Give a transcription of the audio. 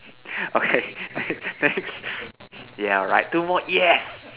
okay next yeah right two more yes